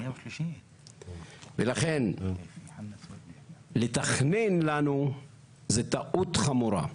ולכן, לתכנן לנו זה טעות חמורה.